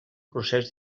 procés